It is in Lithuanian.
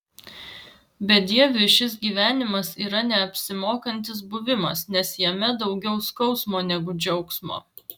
bedieviui šis gyvenimas yra neapsimokantis buvimas nes jame daugiau skausmo negu džiaugsmo